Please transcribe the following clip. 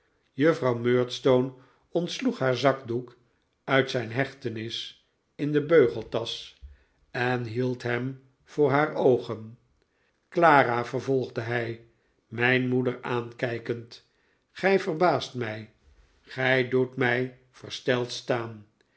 juffrouw murdstone ontsloeg haar zakdoek uit zijn hechtenis in de beugeltasch en hield hem voor haar oogen clara vervolgde hij mijn moeder aankijkend gij verbaast mij gij doet mij versteld staan